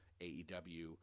AEW